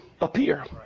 appear